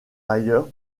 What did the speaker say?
ailleurs